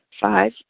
Five